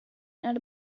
not